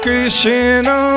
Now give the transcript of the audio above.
Krishna